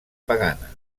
pagana